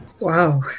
Wow